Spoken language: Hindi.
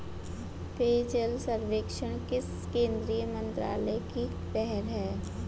पेयजल सर्वेक्षण किस केंद्रीय मंत्रालय की पहल है?